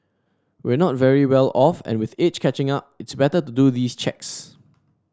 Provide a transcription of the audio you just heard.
we're not very well off and with age catching up it's better to do these checks